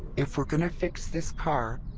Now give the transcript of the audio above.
if we're going to fix this car,